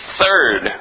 third